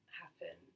happen